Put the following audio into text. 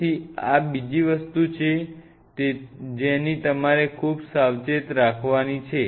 તેથી આ બીજી વસ્તુ છે જેની તમારે ખૂબ સાવચેતી રાખ વાની છે